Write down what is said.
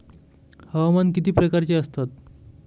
हवामान किती प्रकारचे असतात?